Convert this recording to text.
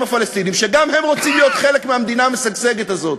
הפלסטינים שגם הם רוצים להיות חלק מהמדינה המשגשגת הזאת?